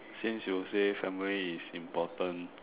since you said family is important